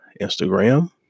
Instagram